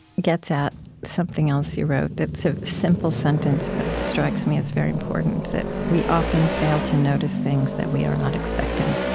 gets at something else you wrote that's a simple sentence but strikes me as very important, that we often fail to notice things that we are not expecting.